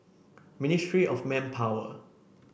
Ministry of Manpower